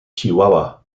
chihuahua